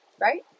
right